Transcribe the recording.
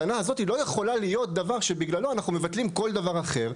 הטענה הזאת לא יכולה להיות דבר שבגללו אנחנו מבטלים כל דבר אחר.